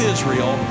Israel